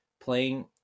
playing